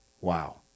Wow